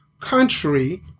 country